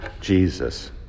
Jesus